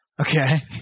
Okay